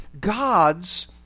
God's